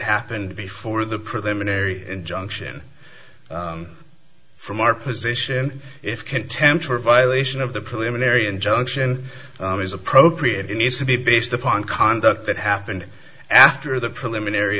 happened before the preliminary injunction from our position if contempt for violation of the preliminary injunction is appropriate in needs to be based upon conduct that happened after the preliminary